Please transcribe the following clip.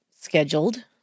scheduled